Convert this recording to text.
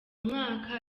mwaka